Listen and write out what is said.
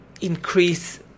increase